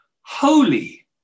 holy